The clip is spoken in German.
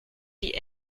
die